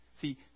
See